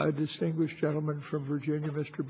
e distinguished gentleman from virginia mr